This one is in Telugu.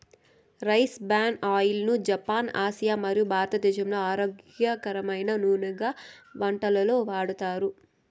రైస్ బ్రాన్ ఆయిల్ ను జపాన్, ఆసియా మరియు భారతదేశంలో ఆరోగ్యకరమైన నూనెగా వంటలలో వాడతారు